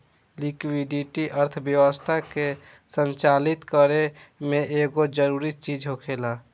liquidity अर्थव्यवस्था के संचालित करे में एगो जरूरी चीज होखेला